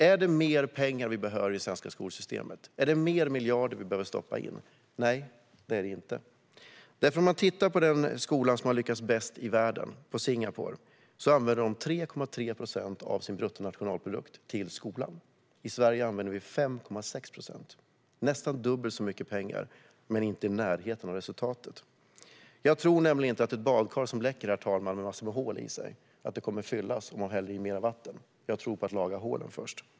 Är det mer pengar som vi behöver i det svenska skolsystemet? Är det fler miljarder som vi behöver stoppa in? Nej, det är det inte. Det land som har lyckats bäst i världen med sin skola, nämligen Singapore, använder 3,3 procent av sin bruttonationalprodukt till skolan. I Sverige använder vi 5,6 procent, nästan dubbelt så mycket pengar. Men vi är inte närheten av resultatet i Singapore. Jag tror nämligen inte att ett badkar som läcker för att det har en massa hål kommer att fyllas om man häller i mer vatten. Jag tror att man ska laga hålen först.